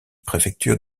préfecture